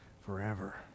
forever